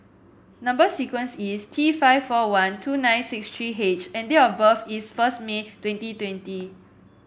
number sequence is T five four one two nine six three H and date of birth is first May twenty twenty